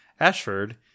Ashford